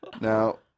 Now